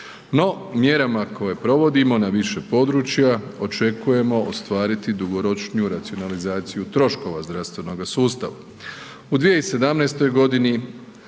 u 2018. godini